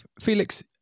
Felix